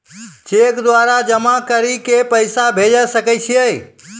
Cheque द्वारा जमा करि के पैसा भेजै सकय छियै?